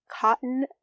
cotton